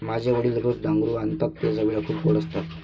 माझे वडील रोज डांगरू आणतात ते चवीला खूप गोड असतात